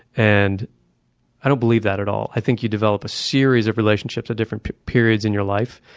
and i don't believe that at all. i think you develop a series of relationships at different periods in your life.